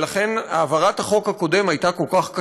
ולכן העברת החוק הקודם הייתה כל כך קשה.